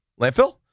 Landfill